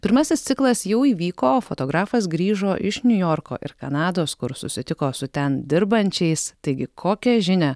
pirmasis ciklas jau įvyko fotografas grįžo iš niujorko ir kanados kur susitiko su ten dirbančiais taigi kokią žinią